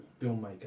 filmmaker